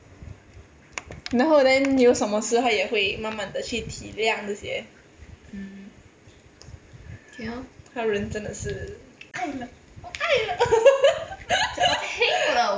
然后 then 有什么事他也会慢慢的去体谅这些他人真的是爱了我爱了